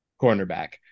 cornerback